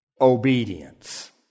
obedience